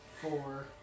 four